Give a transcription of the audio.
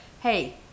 hey